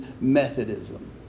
Methodism